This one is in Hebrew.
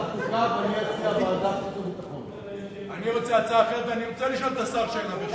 אני רוצה הצעה אחרת ואני רוצה לשאול את השר שאלה.